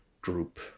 group